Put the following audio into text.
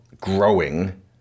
growing